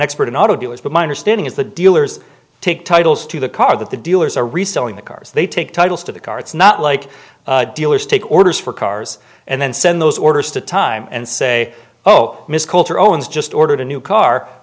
expert in auto dealers but my understanding is the dealers take titles to the car that the dealers are reselling the cars they take titles to the car it's not like dealers take orders for cars and then send those orders to time and say oh miss coulter owns just ordered a new car